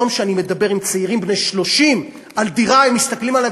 היום כשאני מדבר עם צעירים בני 30 על דירה הם מסתכלים עלי